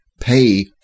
pay